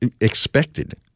expected